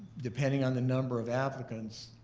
depending on the number of applicants,